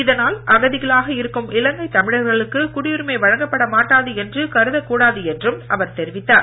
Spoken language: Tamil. இதனால் அகதிகளாக இருக்கும் இலங்கை தமிழர்களுக்கு குடியுரிமை வழங்கப்பட மாட்டாது என்று கருத கூடாது என்று அவர் தெரிவித்தார்